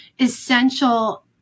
essential